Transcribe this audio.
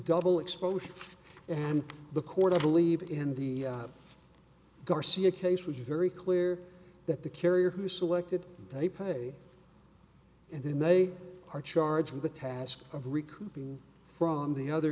double exposure and the court i believe in the garcia case was very clear that the carrier who selected they pay and then they are charged with the task of recruiting from the other